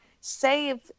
save